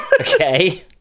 Okay